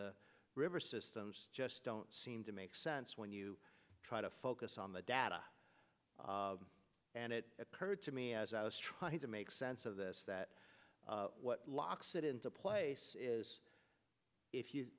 the river systems just don't seem to make sense when you try to focus on the data and it occurred to me as i was trying to make sense of this that what locks it into place is if you